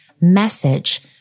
message